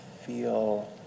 feel